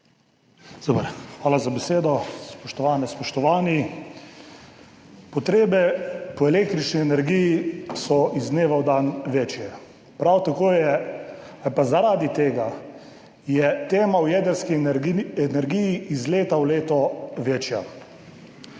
Hvala za besedo. Spoštovane, spoštovani! Potrebe po električni energiji so iz dneva v dan večje. Zaradi tega je tema o jedrski energiji iz leta v leto večja.